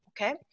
okay